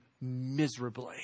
miserably